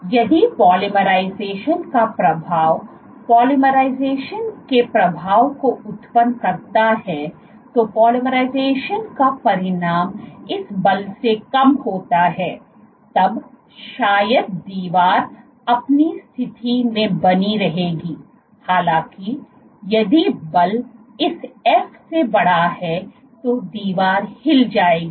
इसलिए यदि पोलीमराइजेशन का प्रभाव पोलीमराइजेशन के प्रभाव को उत्पन्न करता है तो पॉलीमराइजेशन का परिणाम इस बल से कम होता है तब शायद दीवार अपनी स्थिति में बनी रहेगी हालाँकि यदि बल इस f से बड़ा है तो दीवार हिल जाएगी